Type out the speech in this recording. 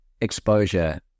exposure